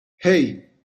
hey